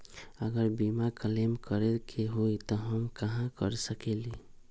अगर बीमा क्लेम करे के होई त हम कहा कर सकेली?